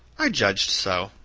i judged so.